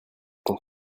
ton